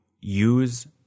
use